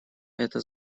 это